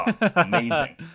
Amazing